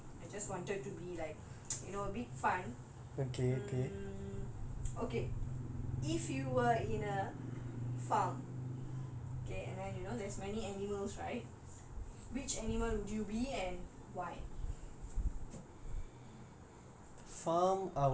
not something very cheem or deep I just wanted to be like you know a big fun mm okay if you were in a farm okay and then you know there's many animals right which animal would you be and why